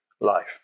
life